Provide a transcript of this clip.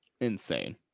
insane